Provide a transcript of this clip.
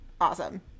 Awesome